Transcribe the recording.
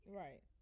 right